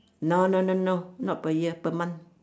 no no no no not per year per month